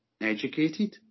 educated